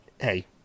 Hey